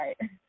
right